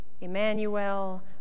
Emmanuel